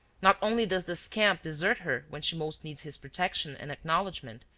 not only does the scamp desert her when she most needs his protection and acknowledgment,